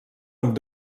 amb